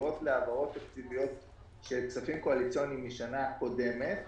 שקשורות להעברות תקציביות של כספים קואליציוניים משנה קודמת,